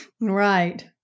Right